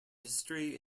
history